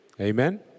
Amen